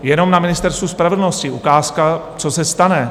Jenom na Ministerstvu spravedlnosti ukázka, co se stane.